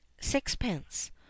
sixpence